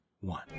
one